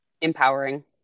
Empowering